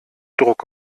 druck